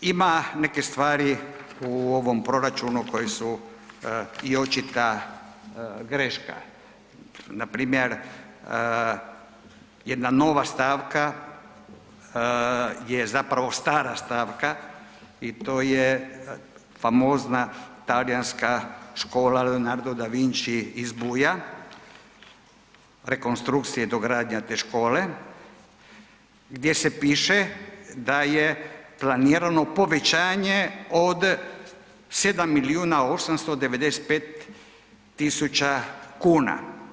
Ima neke stvari u ovom proračunu koje su i očita greška, npr. jedna nova stavka je zapravo stara stavka i to je famozna Talijanska škola Leonardo da Vinci iz Buja, rekonstrukcija i dogradnja te škole gdje se piše da je planirano povećanje od 7 milijuna 895 tisuća kuna.